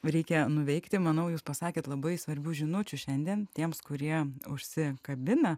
reikia nuveikti manau jūs pasakėt labai svarbių žinučių šiandien tiems kurie užsikabina